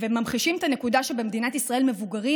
וממחישים את הנקודה שבמדינת ישראל מבוגרים